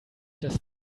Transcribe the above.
dass